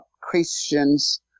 Christians